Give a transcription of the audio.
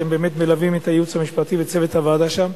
שבאמת מלווים את הייעוץ המשפטי וצוות הוועדה שם,